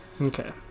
Okay